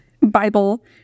Bible